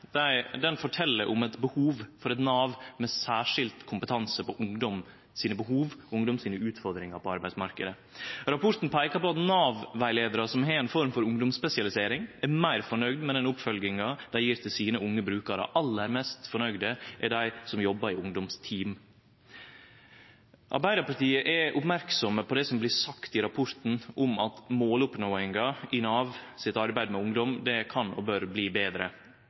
Dei må reduserast. Det same må ventetida i overgangen mellom tiltak. Så har vi alle lese ein ny rapport frå Fafo om ungdomsgarantiane. Han fortel om eit behov for eit Nav med særskild kompetanse på ungdom sine behov og utfordringar på arbeidsmarknaden. Rapporten peikar på at Nav-rettleiarar som har ei form for ungdomsspesialisering, er meir fornøgde med oppfølginga dei gjev til sine unge brukarar. Aller mest fornøgde er dei som jobbar i ungdomsteam. I Arbeidarpartiet er ein oppmerksame på det som blir sagt i rapporten om at måloppnåinga i